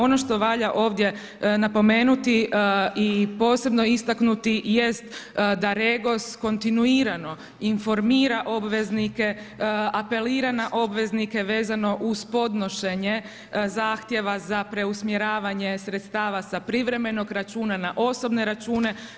Ono što valja ovdje napomenuti i posebno istaknuti, jest da REGOS kontinuirano informira obveznike, apelira na obveznike, vezano uz podnošenje zahtjeva za preusmjeravanje sredstava sa privremenog računa na osobne račune.